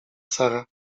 sara